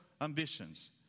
ambitions